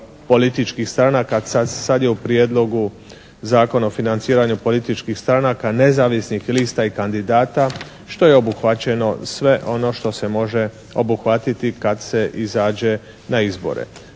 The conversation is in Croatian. političkih stranaka. Sad je u prijedlogu Zakon o financiranju političkih stranaka, nezavisnih lista i kandidata, što je obuhvaćeno sve ono što može obuhvatiti kad se izađe na izbore.